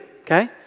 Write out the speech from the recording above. okay